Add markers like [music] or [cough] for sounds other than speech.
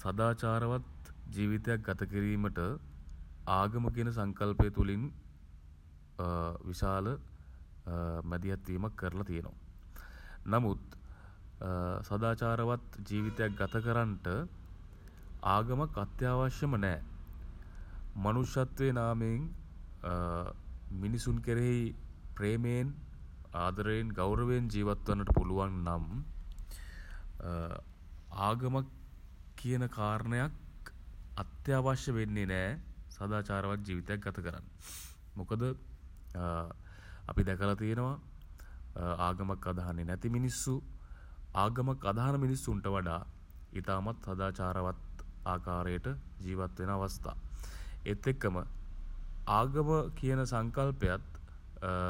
සදාචාරවත් [hesitation] ජීවිතයක් ගත කිරීමට [hesitation] ආගම කියන සංකල්පය තුලින් [hesitation] විසාල [hesitation] මැදිහත්වීමක් කරලා තියෙනවා. නමුත් [hesitation] සදාචාරවත් [noise] ජීවිතයක් ගත කරන්ට [hesitation] ආගමක් අත්‍යාවශ්‍යම නෑ. මනුෂ්‍යත්වයේ නාමයෙන් [hesitation] මිනිසුන් කෙරෙහි ප්‍රේමයෙන් [hesitation] ආදරයෙන් [hesitation] ගෞරවයෙන් [hesitation] ජීවත් වන්නට පුළුවන් නම් [hesitation] ආගමක් [hesitation] කියන කාරණයක් [hesitation] අත්‍යාවශ්‍ය වෙන්නේ නෑ.. සදාචාරවත් ජීවිතයක් ගත කරන්න [hesitation] මොකද [hesitation] අපි දැකලා තියෙනවා [hesitation] ආගමක් අදහන්නේ නැති මිනිස්සු [hesitation] ආගමක් අදහන මිනිසුන්ට වඩා [hesitation] ඉතාමත් සදාචාරවත් [hesitation] ආකාරයට ජීවත් වෙන අවස්ථා. ඒත් එක්කම [hesitation] ආගම [hesitation] කියන සංකල්පයත්